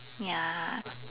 ya